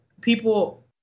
people